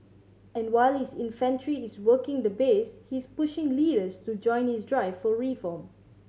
and while his infantry is working the base he's pushing leaders to join his drive for reform